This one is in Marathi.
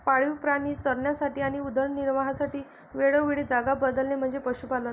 पाळीव प्राणी चरण्यासाठी आणि उदरनिर्वाहासाठी वेळोवेळी जागा बदलणे म्हणजे पशुपालन